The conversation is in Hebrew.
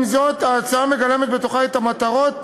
עם זאת, ההצעה מגלמת בתוכה את המטרות